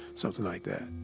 something like that